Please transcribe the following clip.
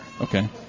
Okay